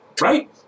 right